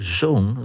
zoon